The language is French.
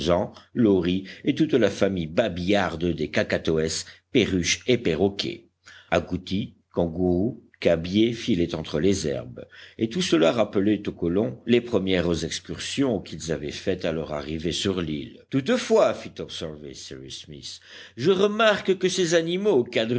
loris et toute la famille babillarde des kakatoès perruches et perroquets agoutis kangourous cabiais filaient entre les herbes et tout cela rappelait aux colons les premières excursions qu'ils avaient faites à leur arrivée sur l'île toutefois fit observer cyrus smith je remarque que ces animaux